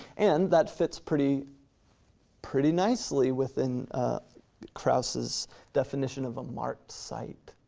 and that fits pretty pretty nicely within krauss's definition of a marked site.